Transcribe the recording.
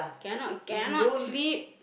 cannot cannot sleep